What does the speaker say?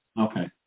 okay